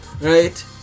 Right